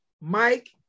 Mike